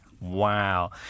Wow